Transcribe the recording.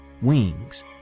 wings